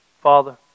Father